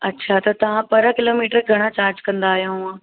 अच्छा त तव्हां पर किलोमीटर घणा चार्ज कंदा आहियो हूअं